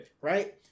Right